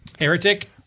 heretic